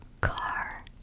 Car